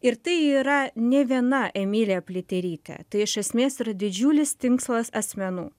ir tai yra ne viena emilija pliaterytė tai iš esmės yra didžiulis tinkslas asmenų